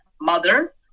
mother